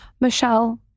Michelle